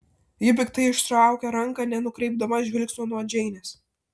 ji piktai ištraukė ranką nenukreipdama žvilgsnio nuo džeinės